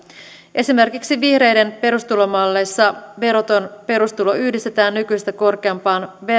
esimerkiksi vihreiden perustulomallissa veroton perustulo yhdistetään nykyistä korkeampaan